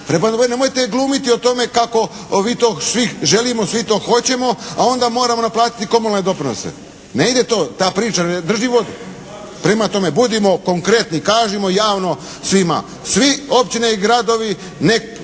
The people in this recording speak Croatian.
Prema tome, nemojte glumiti o tome kako vi to svi želimo, svi to hoćemo, a onda moramo naplatiti komunalne doprinose. Ne ide to, ta priča ne drži vodu. Prema tome, budimo konkretni, kažimo javno svima svi općine i gradovi nek'